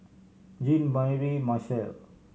Jean Mary Marshall